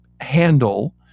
handle